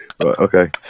Okay